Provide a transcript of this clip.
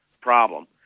problem